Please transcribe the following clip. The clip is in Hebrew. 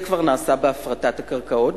זה כבר נעשה בהפרטת הקרקעות,